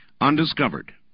undiscovered